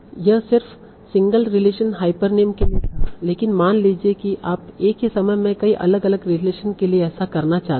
यह सिर्फ single relation hypernym के लिए था लेकिन मान लीजिए कि आप एक ही समय में कई अलग अलग रिलेशन के लिए ऐसा करना चाहते हैं